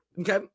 Okay